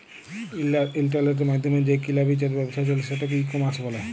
ইলটারলেটের মাইধ্যমে যে কিলা বিচার ব্যাবছা চলে সেটকে ই কমার্স ব্যলে